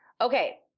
Okay